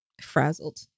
frazzled